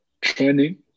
training